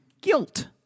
guilt